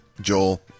Joel